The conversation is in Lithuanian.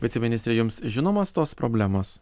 viceministrė jums žinomos tos problemos